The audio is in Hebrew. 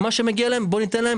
את מה שמגיע להם, בואו ניתן להם